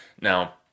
Now